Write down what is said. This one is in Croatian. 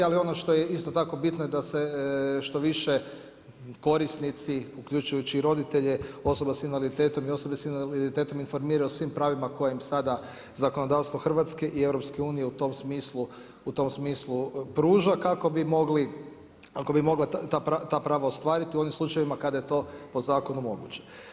Ali ono što je isto tako bitno je da se što više korisnici uključujući i roditelje osoba sa invaliditetom i osobe sa invaliditetom informiraju o svim pravima koje im sada zakonodavstvo Hrvatske i EU u tom smislu pruža kako bi mogla ta prava ostvariti u ovim slučajevima kada je to po zakonu moguće.